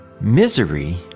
Misery